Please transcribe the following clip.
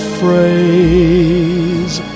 phrase